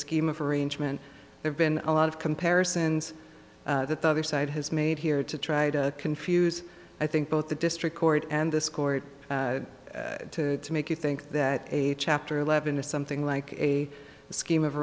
scheme of arrangement there's been a lot of comparisons that the other side has made here to try to confuse i think both the district court and this court to make you think that a chapter eleven or something like a scheme of